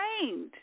trained